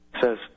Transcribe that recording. says